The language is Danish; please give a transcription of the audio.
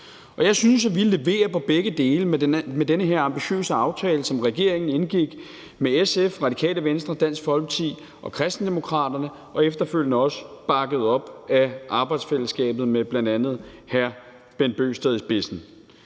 Jeg synes, at vi leverer på begge dele med den her ambitiøse aftale, som regeringen indgik med SF, Radikale Venstre, Dansk Folkeparti og Kristendemokraterne, og som efterfølgende også blev bakket op af arbejdsfællesskabet med bl.a. Hr. Bent Bøgsted i spidsen.